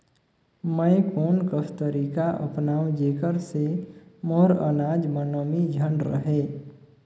मैं कोन कस तरीका अपनाओं जेकर से मोर अनाज म नमी झन रहे?